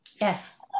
yes